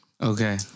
Okay